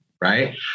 right